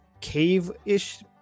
cave-ish